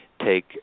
take